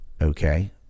Okay